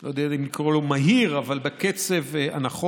לא יודע אם לקרוא לו מהיר אלא בקצב הנכון,